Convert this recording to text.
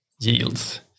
yields